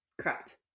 Correct